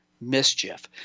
Mischief